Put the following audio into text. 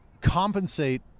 compensate